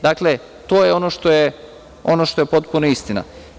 Dakle, to je ono što je potpuna istina.